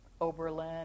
Oberlin